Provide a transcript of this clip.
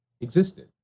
existed